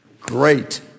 Great